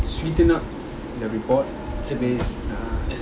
sweeten up the report